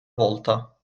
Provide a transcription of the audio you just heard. volta